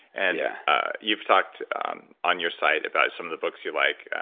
and yeah you've talked on your site about some of the books you like.